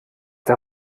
der